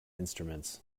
instruments